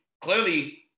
clearly